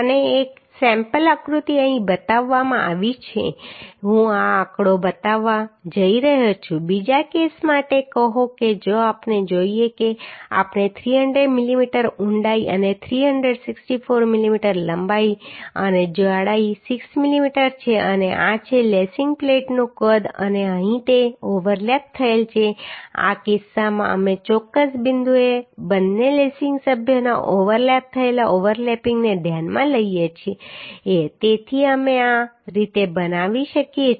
અને એક સેમ્પલ આકૃતિ અહીં બતાવવામાં આવી છે હું આ આંકડો બતાવવા જઈ રહ્યો છું બીજા કેસ માટે કહો કે જો આપણે જોઈએ કે આપણે 300 મીમી ઊંડાઈ અને 364 મીમી લંબાઈ અને જાડાઈ 6 મીમી છે અને આ છે લેસિંગ પ્લેટનું કદ અને અહીં તે ઓવરલેપ થયેલ છે આ કિસ્સામાં અમે ચોક્કસ બિંદુએ બંને લેસિંગ સભ્યોના ઓવરલેપ થયેલા ઓવરલેપિંગને ધ્યાનમાં લઈએ છીએ તેથી અમે આ રીતે બનાવી શકીએ છીએ